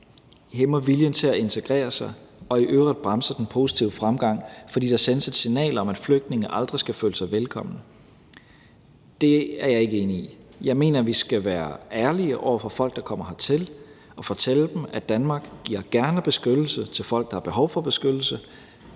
hæmmer viljen til at integrere sig og i øvrigt bremser den positive fremgang, fordi der sendes et signal om, at flygtninge aldrig skal føle sig velkomne. Det er jeg ikke enig i. Jeg mener, at vi skal være ærlige over for folk, der kommer hertil, og fortælle dem, at Danmark gerne giver beskyttelse til folk, der har behov for beskyttelse,